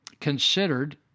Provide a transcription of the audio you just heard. considered